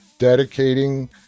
dedicating